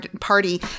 party